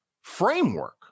framework